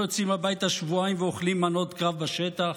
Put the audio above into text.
יוצאים הביתה שבועיים ואוכלים מנות קרב בשטח,